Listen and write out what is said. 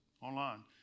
online